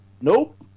Nope